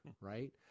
right